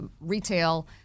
retail